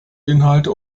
inhalte